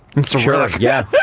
in cyrillic, yeah,